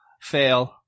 Fail